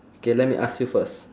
K let me ask you first